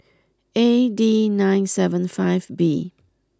A D nine seven five B